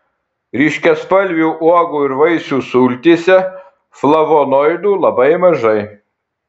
ryškiaspalvių uogų ir vaisių sultyse flavonoidų labai mažai